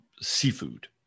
seafood